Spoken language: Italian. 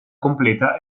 completa